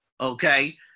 okay